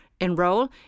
enroll